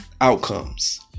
outcomes